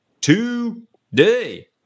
today